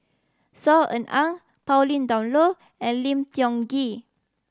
Saw Ean Ang Pauline Dawn Loh and Lim Tiong Ghee